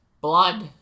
Blood